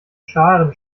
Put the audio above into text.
scharen